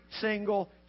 single